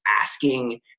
asking